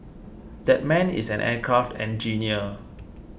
that man is an aircraft engineer